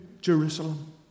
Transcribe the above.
Jerusalem